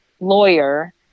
lawyer